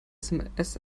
sms